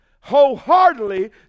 wholeheartedly